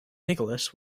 nicholas